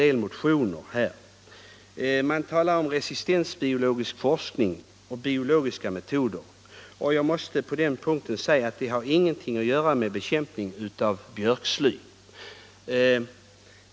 Man talar i några motioner om resistensbiologisk forskning och biologiska metoder. Jag måste då säga att det ingenting har att göra med bekämpning av björksly.